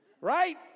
Right